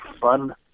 fun